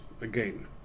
again